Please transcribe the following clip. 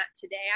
today